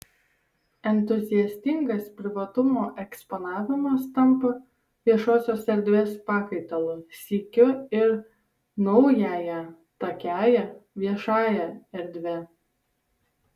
entuziastingas privatumo eksponavimas tampa viešosios erdvės pakaitalu sykiu ir naująją takiąja viešąja erdve